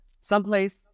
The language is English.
someplace